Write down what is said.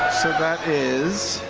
so that is,